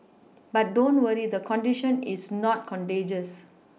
but don't worry the condition is not contagious